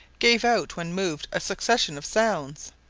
gave out when moved a succession of sounds,